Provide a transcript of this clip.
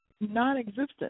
non-existent